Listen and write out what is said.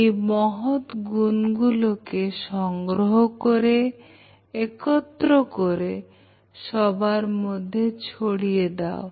এই মহৎ গুণ গুলোকে সংগ্রহ করে একত্র করে সবার মধ্যে ছড়িয়ে দাও